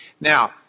Now